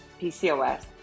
PCOS